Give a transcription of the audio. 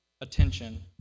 attention